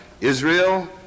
Israel